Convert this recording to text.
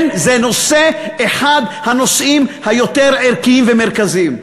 כן, זה נושא, אחד הנושאים היותר ערכיים ומרכזיים.